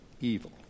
evil